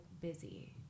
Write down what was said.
busy